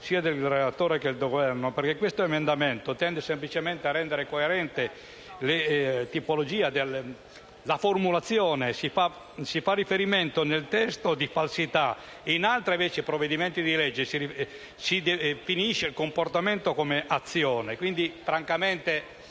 sia del relatore che del Governo, perché questo emendamento tende semplicemente a rendere coerente la formulazione. Nel testo si fa riferimento alle «falsità», mentre in altri provvedimenti di legge si definisce il comportamento in questione